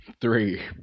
Three